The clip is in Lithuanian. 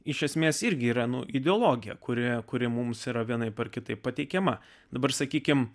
iš esmės irgi yra nu ideologija kuri kuri mums yra vienaip ar kitaip pateikiama dabar sakykime